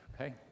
Okay